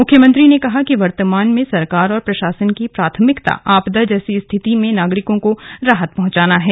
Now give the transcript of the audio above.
मुख्यमंत्री ने कहा कि वर्तमान में सरकार और प्रशासन की प्राथमिकता आपदा जैसी स्थिति में नागरिकों को राहत पहंचाना है